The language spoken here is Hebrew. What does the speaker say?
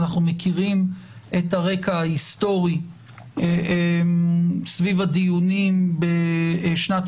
אנחנו מכירים את הרקע ההיסטורי סביב הדיונים בשנת